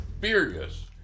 furious